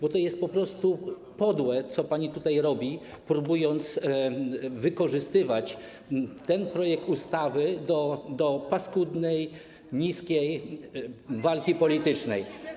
Bo to jest po prostu podłe, co pani tutaj robi, próbując wykorzystywać ten projekt ustawy do paskudnej, niskiej walki politycznej.